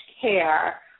care